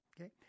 okay